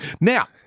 Now